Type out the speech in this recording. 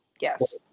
Yes